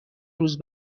روز